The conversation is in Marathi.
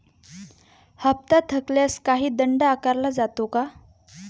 हप्ता थकल्यास काही दंड आकारला जातो का?